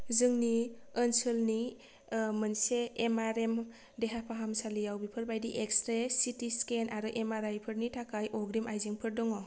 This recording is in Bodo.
जोंनि ओनसोलनि मोनसे एम आर एम देहा फाहामसालियाव बेफोरबायदि एक्स रे सिटि स्केन आरो एम आर आइफोरनि थाखाय अग्रिम आइजेंफोर दङ